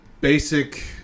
basic